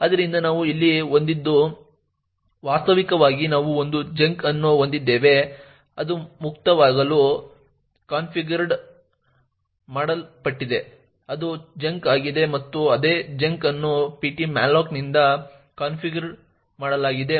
ಆದ್ದರಿಂದ ನಾವು ಇಲ್ಲಿ ಹೊಂದಿದ್ದು ವಾಸ್ತವಿಕವಾಗಿ ನಾವು ಒಂದು ಚಂಕ್ ಅನ್ನು ಹೊಂದಿದ್ದೇವೆ ಅದು ಮುಕ್ತವಾಗಲು ಕಾನ್ಫಿಗರ್ ಮಾಡಲ್ಪಟ್ಟಿದೆ ಅದು ಚಂಕ್ ಆಗಿದೆ ಮತ್ತು ಅದೇ ಚಂಕ್ ಅನ್ನು ptmalloc ನಿಂದ ಕಾನ್ಫಿಗರ್ ಮಾಡಲಾಗಿದೆ ಮತ್ತು c ಗೆ ಹಂಚಲಾಗುತ್ತದೆ